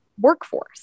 workforce